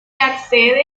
accede